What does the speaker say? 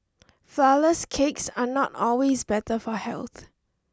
flourless cakes are not always better for health